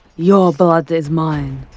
your blood is mine!